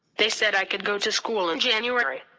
they said i could go to school in january.